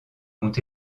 ont